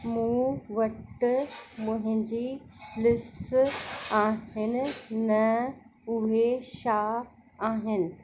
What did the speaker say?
मूं वटि मुंहिंजी लिस्ट्स आहिनि न उहे छा आहिनि